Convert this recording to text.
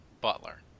butler